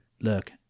Look